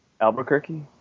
Albuquerque